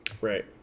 Right